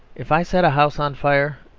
if i set a house on fire,